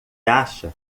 acha